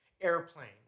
Airplane